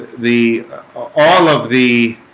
the all of the